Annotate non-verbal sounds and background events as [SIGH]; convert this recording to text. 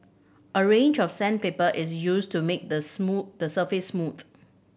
a range of sandpaper is used to make the [UNINTELLIGIBLE] the surface smooth